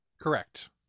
Correct